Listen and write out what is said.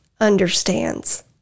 understands